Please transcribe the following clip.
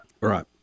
Right